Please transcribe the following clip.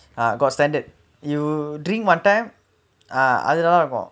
got standard you drink one time ah அது நல்லாருக்கோ:athu nallaarukko